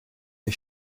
and